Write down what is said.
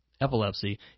Epilepsy